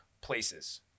places